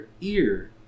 ear